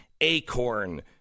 Acorn